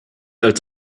als